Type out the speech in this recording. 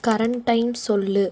current time சொல்லு